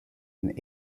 and